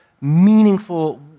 meaningful